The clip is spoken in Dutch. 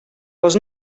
was